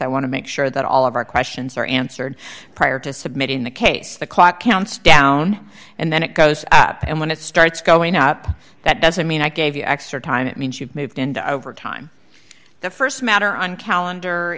i want to make sure that all of our questions are answered prior to submitting the case the clock counts down and then it goes up and when it starts going up that doesn't mean i gave you extra time it means you've moved into overtime the st matter on calendar